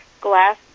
glass